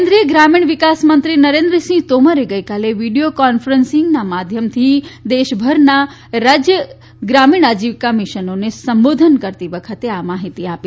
કેન્દ્રીય ગ્રામીણ વિકાસમંત્રી નરેન્દ્રસિંહ તોમરે ગઇકાલે વીડિથો કોન્ફરન્સના માધ્યમથી દેશભરના રાજ્ય ગ્રામીણ આજીવિકા મિશનોને સંબોધન કરતી વખતે આ માહિતી આપી